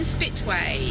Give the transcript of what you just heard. Spitway